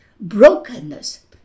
Brokenness